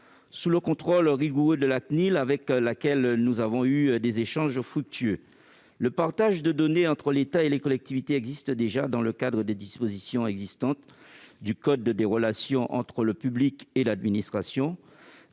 sous le contrôle rigoureux de la CNIL, avec laquelle nous avons eu des échanges fructueux. Le partage de données entre l'État et les collectivités existe déjà dans le cadre des dispositions du code des relations entre le public et l'administration